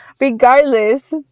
Regardless